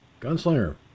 Gunslinger